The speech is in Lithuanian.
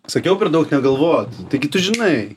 sakiau per daug negalvot taigi tu žinai